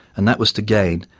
and that was to gain,